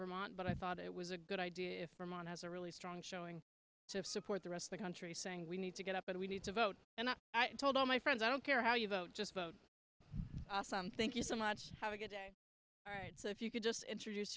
vermont but i thought it was a good idea if i'm on has a really strong showing to support the rest of the country saying we need to get up and we need to vote and i told all my friends i don't care how you vote just vote thank you so much have a good day all right so if you could just introduce